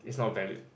it's not valid